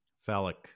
phallic